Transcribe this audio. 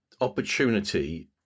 Opportunity